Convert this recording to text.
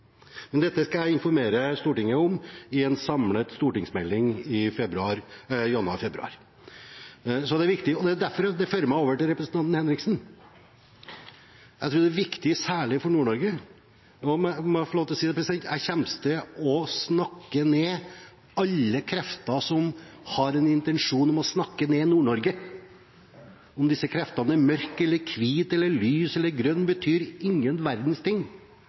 Men dette skal jeg informere Stortinget om i en samlet stortingsmelding i januar/februar. Det fører meg over til representanten Henriksen. Jeg tror dette er viktig særlig for Nord-Norge, og jeg kommer til å snakke ned alle krefter som har en intensjon om å snakke ned Nord-Norge – om disse kreftene er mørke eller hvite eller lyse eller grønne, betyr ingen verdens ting: